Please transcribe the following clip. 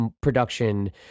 production